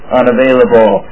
unavailable